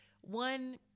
one